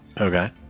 Okay